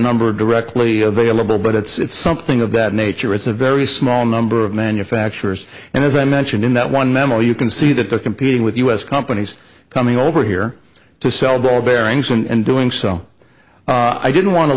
number directly available but it's something of that nature it's a very small number of manufacturers and as i mentioned in that one memo you can see that they're competing with us companies coming over here to sell ball bearings and doing so i didn't wan